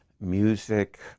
music